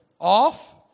off